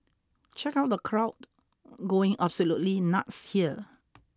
check out the crowd going absolutely nuts here